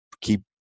keep